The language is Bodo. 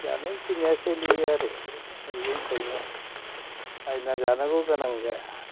जानायखिनिया सोलियो आरो मैगं थाइगङा बायना जानांगौ गोनां जाया